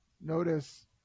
Notice